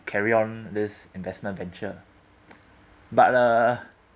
carry on this investment venture but uh